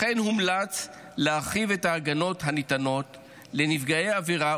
לכן הומלץ להרחיב את ההגנות הניתנות לנפגעי עבירה,